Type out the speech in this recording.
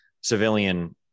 civilian